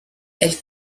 elle